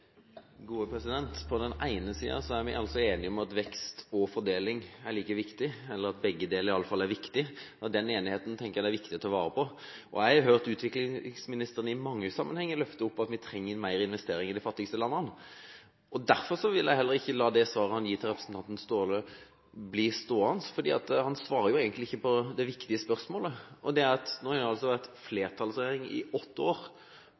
vi enig om at vekst og fordeling er like viktig – eller at begge deler iallfall er viktig. Den enigheten tenker jeg det er viktig å ta vare på. Jeg har hørt utviklingsministeren i mange sammenhenger løfte opp at vi trenger mer investering i de fattigste landene. Derfor vil jeg heller ikke la det svaret han gir representanten Staahle, bli stående, for han svarer egentlig ikke på det viktige spørsmålet. Nå har vi altså hatt flertallsregjering i åtte år, og så peker man på at dersom man skulle ha gjort noe, måtte man ha gjort mye mer. Hvorfor kan man ikke i